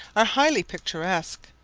are highly picturesque,